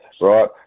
Right